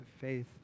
faith